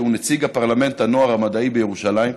שהוא נציג הפרלמנט של הנוער המדעי בירושלים,